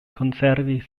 konservi